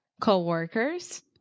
Co-workers